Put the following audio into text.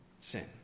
sin